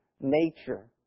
nature